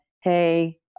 hey